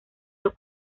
los